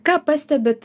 ką pastebit